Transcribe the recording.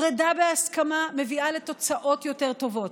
פרידה בהסכמה מביאה לתוצאות יותר טובות,